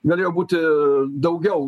galėjo būti daugiau